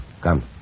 Come